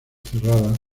cerradas